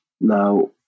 Now